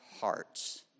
hearts